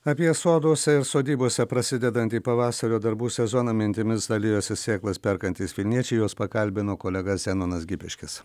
apie soduose ir sodybose prasidedantį pavasario darbų sezoną mintimis dalijosi sėklas perkantys vilniečiai juos pakalbino kolega zenonas gipiškis